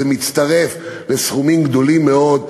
זה מצטרף לסכומים גדולים מאוד.